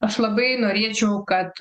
aš labai norėčiau kad